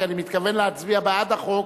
כי אני מתכוון להצביע בעד החוק,